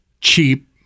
cheap